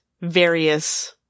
various